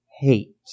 hate